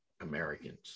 Americans